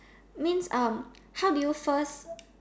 means um how did you first